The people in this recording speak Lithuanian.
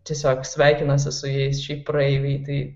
tiesiog sveikinasi su jais šiaip praeiviai tai